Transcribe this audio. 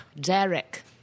Derek